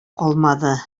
калмады